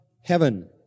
heaven